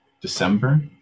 December